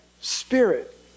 spirit